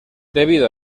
debido